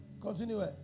Continue